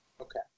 Okay